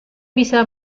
bisa